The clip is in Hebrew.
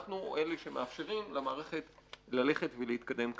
אנחנו אלה שמאפשרים למערכת ללכת ולהתקדם קדימה.